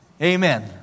Amen